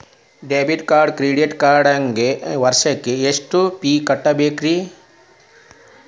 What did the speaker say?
Debit ಮತ್ತು credit ಕಾರ್ಡ್ಗೆ ವರ್ಷಕ್ಕ ಎಷ್ಟ ಫೇ ಕಟ್ಟಬೇಕ್ರಿ?